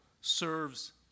serves